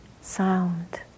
sound